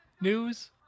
News